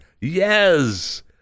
Yes